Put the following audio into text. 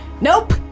Nope